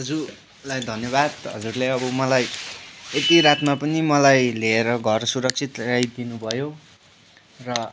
दाजुलाई धन्यवाद हजुरले अब मलाई यति रातमा पनि मलाई लिएर घर सुरक्षित ल्याइदिनु भयो र